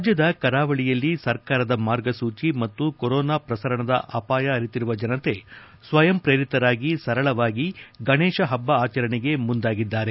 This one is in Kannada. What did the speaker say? ರಾಜ್ಯದ ಕರಾವಳಿಯಲ್ಲಿ ಸರಕಾರದ ಮಾರ್ಗಸೂಚಿ ಮತ್ತು ಕೊರೋನಾ ಪ್ರಸರಣದ ಅಪಾಯ ಅರಿತಿರುವ ಜನತೆ ಸ್ನಯಂ ಪ್ರೇರಿತರಾಗಿ ಸರಳವಾಗಿ ಗಣೇಶ ಹಬ್ಬ ಅಚರಣೆಗೆ ಮುಂದಾಗಿದ್ದಾರೆ